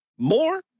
more